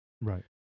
Right